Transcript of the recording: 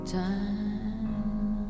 time